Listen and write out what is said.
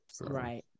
Right